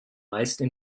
meisten